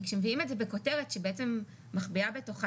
כשמביאים את זה בכותרת שבעצם מחביאה בתוכה